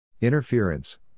Interference